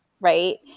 right